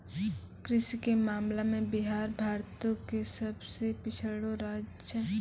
कृषि के मामला मे बिहार भारतो के सभ से पिछड़लो राज्य छै